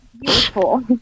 beautiful